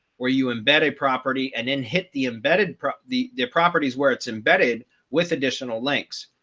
where you embed a property and then hit the embedded the the properties where it's embedded with additional links.